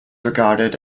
regarded